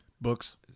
Books